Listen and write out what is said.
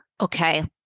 Okay